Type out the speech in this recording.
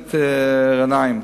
הכנסת גנאים,